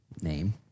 name